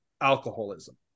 alcoholism